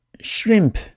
shrimp